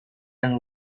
and